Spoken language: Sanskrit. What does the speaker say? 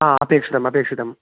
आ अपेक्षितम् अपेक्षितं